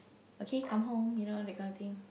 okay come home you know that kind of thing